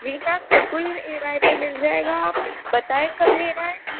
جی ma'am بالکل E M I پہ مل جائے گا آپ بتائیں کب لینا ہے